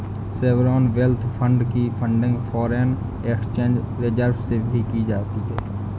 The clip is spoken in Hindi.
सॉवरेन वेल्थ फंड की फंडिंग फॉरेन एक्सचेंज रिजर्व्स से भी की जाती है